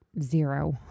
zero